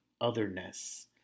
otherness